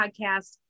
podcast